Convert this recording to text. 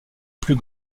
plus